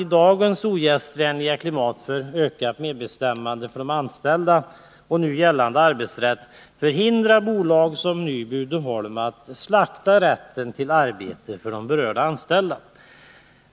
Ingen kan i dagens ogästvänliga klimat för ökat medbestämmande för de anställda och med stöd av nu gällande arbetsrätt förhindra bolag som Nyby Uddeholm AB att slakta rätten till arbete för de berörda anställda.